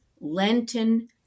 Lenten